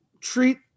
treat